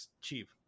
cheap